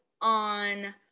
on